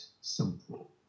simple